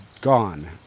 gone